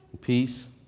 peace